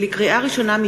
לקריאה ראשונה,